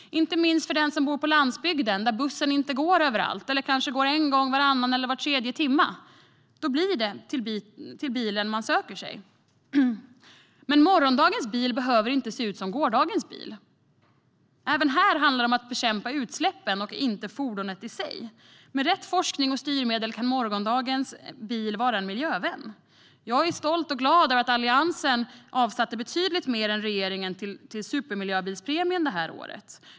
Inte minst den som bor på landsbygden, där bussen inte går överallt eller går bara en gång varannan eller var tredje timme, söker sig till bilen. Men morgondagens bil behöver inte se ut som gårdagens bil. Även här handlar det om att bekämpa utsläppen och inte fordonet i sig. Med rätt forskning och styrmedel kan morgondagens bil vara en miljövän. Jag är stolt och glad över att Alliansen under det här året avsatte betydligt mer än regeringen till supermiljöbildspremien.